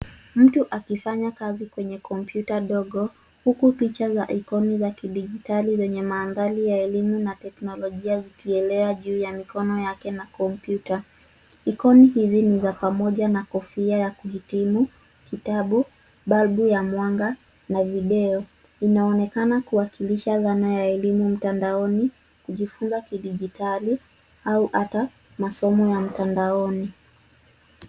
Mtu akifanya kazi kwenye kompyuta ndogo huku picha za ikoni za kidijitali zenye mandhari ya elimu na teknolojia zikielea juu ya mikono yake na kompyuta. Ikoni hizi ni za pamoja na kofia ya kuhitimu, kitabu, balbu ya mwanga na video. Inaonekana kuwakilisha dhana ya elimu mtandaoni, kujifunza kidijitali au hata masomo ya mtandaoni.